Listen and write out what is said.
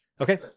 Okay